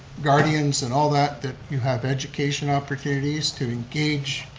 guardians and all that that you have education opportunities to engage